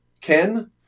Ken